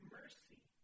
mercy